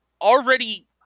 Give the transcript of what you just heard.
already